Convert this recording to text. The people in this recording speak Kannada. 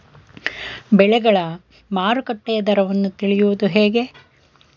ಬೆಳೆಗಳ ಮಾರುಕಟ್ಟೆಯ ದರವನ್ನು ತಿಳಿಯುವುದು ಹೇಗೆ?